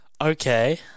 Okay